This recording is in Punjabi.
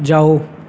ਜਾਓ